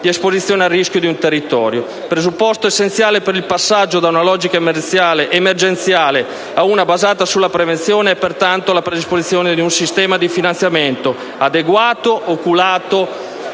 di esposizione al rischio di un territorio. Presupposto essenziale per il passaggio da una logica emergenziale a una basata sulla prevenzione è pertanto la predisposizione di un sistema di finanziamento adeguato, oculato